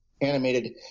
animated